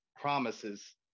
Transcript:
promises